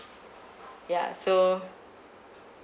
ya so